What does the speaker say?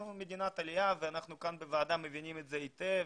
אנחנו מדינת עלייה ואנחנו כאן בוועדה מבינים זאת היטב.